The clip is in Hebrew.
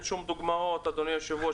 אין שום דוגמאות, אדוני היושב-ראש.